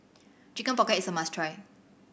Chicken Pocket is a must try